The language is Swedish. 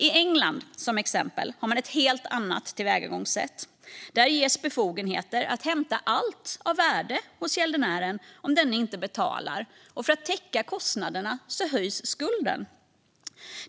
I England, som exempel, har man ett helt annat tillvägagångssätt. Där ges befogenheter att hämta allt av värde hos gäldenären om denne inte betalar, och för att täcka kostnaderna höjs skulden.